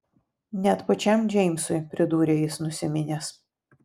net pačiam džeimsui pridūrė jis nusiminęs